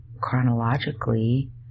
chronologically